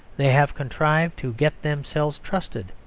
they have contrived to get themselves trusted,